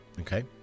okay